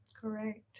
Correct